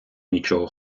нічого